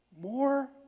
More